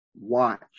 watch